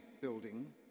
building